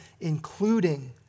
including